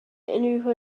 unrhyw